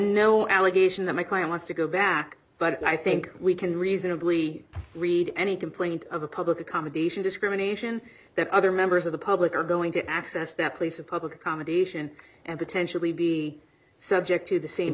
no allegation that my client wants to go back but i think we can reasonably read any complaint of a public accommodation discrimination that other members of the public are going to access that place of public accommodation and potentially be subject to